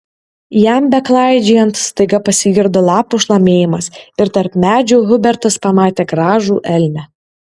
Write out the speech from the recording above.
jam beklaidžiojant staiga pasigirdo lapų šlamėjimas ir tarp medžių hubertas pamatė gražų elnią